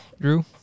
Drew